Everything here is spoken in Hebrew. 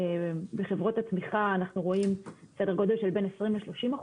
בחברות הצמיחה אנחנו רואים סדר גודל של 20%-30%